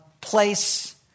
place